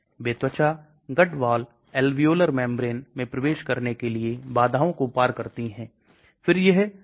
यह उच्च रक्तचाप और दिल की विफलता के इलाज के लिए प्रयोग किया जाता है और फिर से यह एक prodrug है